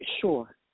Sure